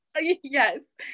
Yes